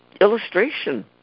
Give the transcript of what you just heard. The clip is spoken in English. illustration